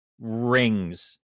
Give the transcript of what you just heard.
rings